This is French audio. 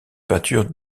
peinture